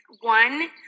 one